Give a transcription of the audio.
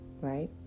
right